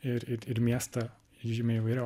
ir ir ir miestą žymiai įvairiau